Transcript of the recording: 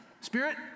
Spirit